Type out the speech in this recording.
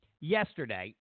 yesterday